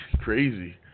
Crazy